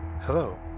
Hello